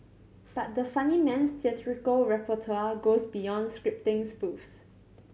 but the funnyman's theatrical repertoire goes beyond scripting spoofs